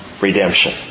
redemption